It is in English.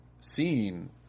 seen